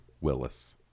Willis